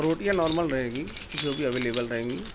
روٹیاں نارمل رہے گی جو بھی اویلیبل رہیں گی